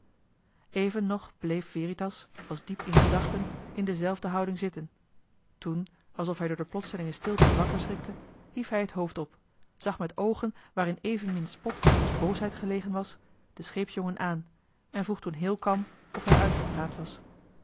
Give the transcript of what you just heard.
de ruijter veritas als diep in gedachten in dezelfde houding zitten toen alsof hij door de plotselinge stilte wakker schrikte hief hij het hoofd op zag met oogen waarin evenmin spot als boosheid gelegen was den scheepsjongen aan en vroeg toen heel kalm of hij uitgepraat was